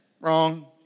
Wrong